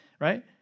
right